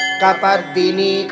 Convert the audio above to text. Kapardini